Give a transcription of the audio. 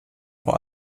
vor